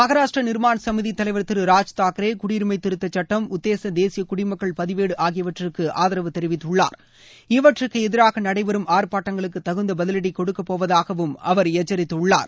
மகாராஷ்டிரா நிர்மான் சமிதி தலைவர் திரு ராஜ்தாக்ரே குடியுரிமை திருத்தச்சட்டம் உத்தேச தேசிய குடிமக்கள் பதிவேடு ஆகியவற்றுக்கு ஆதரவு தெரிவித்துள்ளார் இவற்றுக்கு எதிராக நடைபெறும் ஆர்ப்பாட்டங்களுக்கு தகுந்த பதிலடி கொடுக்கப்போவதாகவும் அவர் எச்சரித்துள்ளார்